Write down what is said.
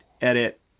edit